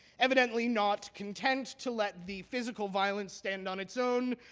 evidently not content to let the physical violence stand on its own,